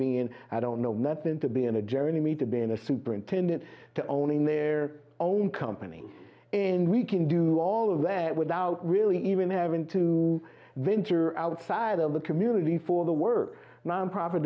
being i don't know nothing to be in a journey to be in a superintendent to own in their own company and we can do all of that without really even having to venture outside of the community for the word nonprofit